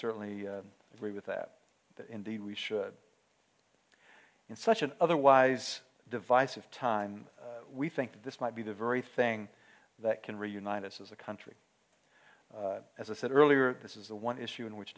certainly agree with that that indeed we should in such an otherwise divisive time we think this might be the very thing that can reunite us as a country as i said earlier this is the one issue in which